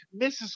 Mrs